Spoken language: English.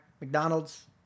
McDonald's